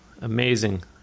Amazing